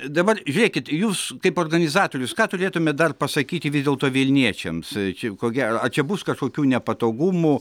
dabar žiūrėkit jūs kaip organizatorius ką turėtume dar pasakyti vis dėlto vilniečiams šiaip ko gero a čia bus kažkokių nepatogumų